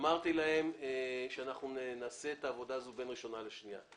אמרתי להם שנעשה את העבודה הזאת בין קריאה ראשונה לקריאה שנייה ושלישית.